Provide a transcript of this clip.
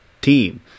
team